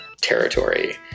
territory